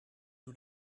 you